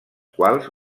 quals